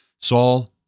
Saul